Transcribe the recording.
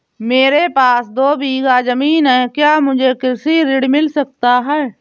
मेरे पास दो बीघा ज़मीन है क्या मुझे कृषि ऋण मिल सकता है?